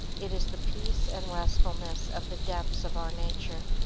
it is the peace and restfulness of the depths of our nature.